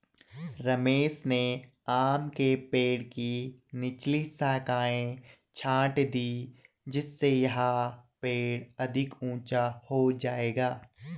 रमेश ने आम के पेड़ की निचली शाखाएं छाँट दीं जिससे यह पेड़ अधिक ऊंचा हो जाएगा